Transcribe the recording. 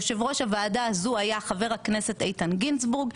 יושב ראש הוועדה הזו היה חבר הכנסת איתן גינזבורג.